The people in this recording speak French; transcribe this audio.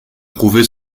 prouver